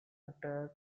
attack